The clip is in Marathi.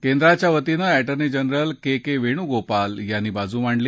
केंद्राच्या वतीनं एटर्नी जनरल के के वेणूगोपाल यांनी बाजू मांडली